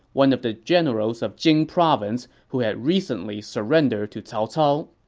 one of the generals of jing province who had recently surrendered to cao cao.